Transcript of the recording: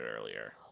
earlier